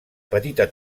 petita